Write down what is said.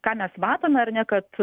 ką mes matome ar ne kad